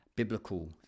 biblical